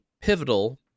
pivotal